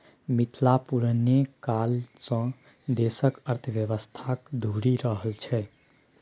मिथिला पुरने काल सँ देशक अर्थव्यवस्थाक धूरी रहल छै